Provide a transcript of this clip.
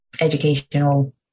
educational